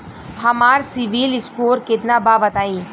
हमार CIBIL score केतना बा बताईं?